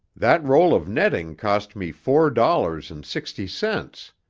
that roll of netting cost me four dollars and sixty cents.